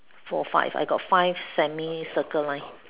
four five I got five semi circle line